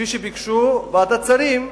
כפי שביקשו בוועדת שרים,